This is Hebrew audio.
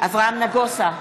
אברהם נגוסה,